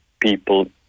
people